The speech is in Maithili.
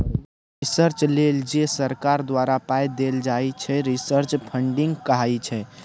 रिसर्च लेल जे सरकार द्वारा पाइ देल जाइ छै रिसर्च फंडिंग कहाइ छै